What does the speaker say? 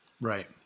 right